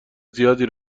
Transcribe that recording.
زیادی